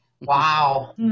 Wow